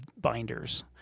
binders